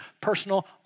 personal